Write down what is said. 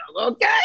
okay